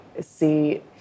see